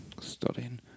studying